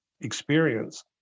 experience